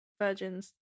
virgins